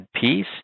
peace